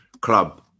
club